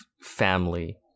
family